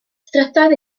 strydoedd